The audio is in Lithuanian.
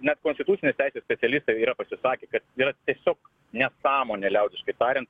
net konstitucinės teisės specialistai yra pasisakę kad yra tiesiog nesąmonė liaudiškai tariant